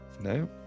No